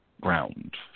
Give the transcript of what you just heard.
ground